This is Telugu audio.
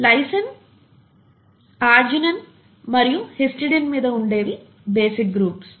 లైసిన్ అర్జినైన్ మరియు హిస్టిడిన్ మీద ఉండేవి బేసిక్ గ్రూప్స్